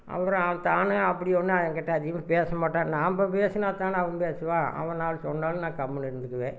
அவர் தானே அப்படி ஒன்னும் என்கிட்ட அதிகமாக பேச மாட்டார் நாம் பேசுனாதானே அவனும் பேசுவான் அவன் நாலு சொன்னாலும் நான் கம்முன்னு இருந்துக்குவேன்